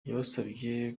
yabasabye